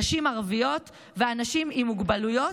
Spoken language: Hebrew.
נשים ערביות ואנשים עם מוגבלויות,